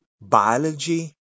biology